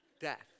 death